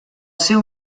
seu